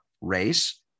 race